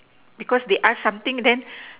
because they ask something then